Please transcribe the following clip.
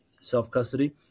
self-custody